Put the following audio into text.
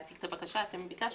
אני פותחת את הדיון בהתפלגות סיעת